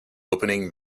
opening